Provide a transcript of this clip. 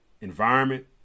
environment